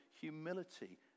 humility